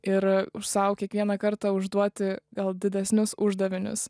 ir už sau kiekvieną kartą užduoti gal didesnius uždavinius